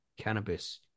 cannabis